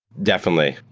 definitely.